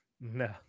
No